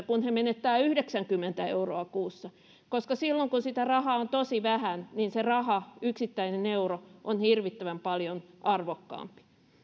kun he menettävät yhdeksänkymmentä euroa kuussa koska silloin kun sitä rahaa on tosi vähän niin se raha yksittäinen euro on hirvittävän paljon arvokkaampi